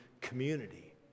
community